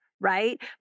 right